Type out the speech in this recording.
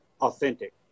authentic